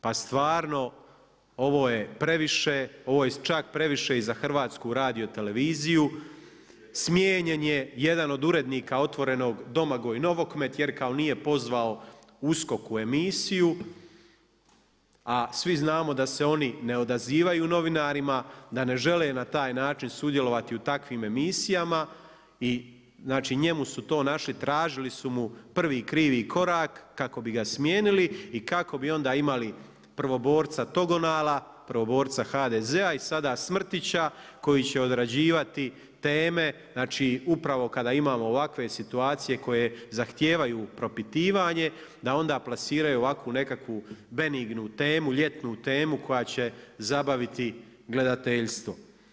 Pa stvarno ovo je previše, ovo je čak previše i za HRT, smijenjen je jedan od urednika Otvorenog Domagoj Novokmet jer kao nije pozvao USKOK u emisiju, a svi znamo da se oni ne odazivaju novinarima, da ne žele na taj način sudjelovati u takvim emisijama i znači, njemu su to našli, tražili su mu prvi krivi korak kako bi ga smijenili i kako bi onda imali prvoborca Togonala, prvoborca HDZ-a i sada Smrtića koji će odrađivati teme, znači upravo kada imamo ovakve situacije koje zahtijevaju propitivanje da onda plasiraju ovakvu nekakvu benignu temu, ljetnu temu koja će zabaviti gledateljstvo.